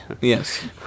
Yes